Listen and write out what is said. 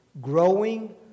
growing